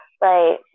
Right